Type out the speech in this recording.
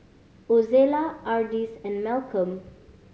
Ozella Ardis and Malcolm